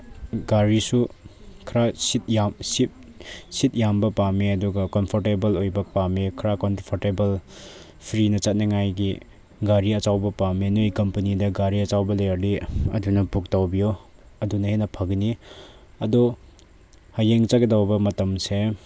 ꯒꯥꯔꯤꯁꯨ ꯈꯔ ꯁꯤꯠ ꯌꯥꯝꯕ ꯄꯥꯝꯃꯦ ꯑꯗꯨꯒ ꯀꯝꯐꯣꯔꯇꯦꯕꯜ ꯑꯣꯏꯕ ꯄꯥꯝꯃꯦ ꯈꯔ ꯀꯛꯐꯣꯔꯇꯦꯕꯜ ꯐ꯭ꯔꯤꯗ ꯆꯠꯅꯤꯡꯉꯥꯏꯒꯤ ꯒꯥꯔꯤ ꯑꯆꯧꯕ ꯄꯥꯝꯃꯦ ꯅꯣꯏ ꯀꯝꯄꯅꯤꯅ ꯒꯥꯔꯤ ꯑꯆꯧꯕ ꯂꯩꯔꯗꯤ ꯑꯗꯨꯅ ꯕꯨꯛ ꯇꯧꯕꯤꯌꯣ ꯑꯗꯨꯅ ꯍꯦꯟꯅ ꯐꯒꯅꯤ ꯑꯗꯣ ꯍꯌꯦꯡ ꯆꯠꯀꯗꯧꯕ ꯃꯇꯝꯁꯦ